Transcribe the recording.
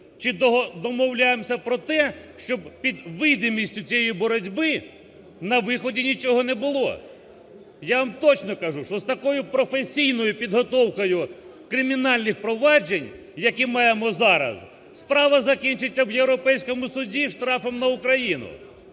чи домовляємося про те, щоб під видимістю цієї боротьби на виході нічого не було. Я вам точно кажу, що з такою професійною підготовкою кримінальних проваджень, які маємо зараз, справа закінчиться в Європейському суді штрафом на Україну.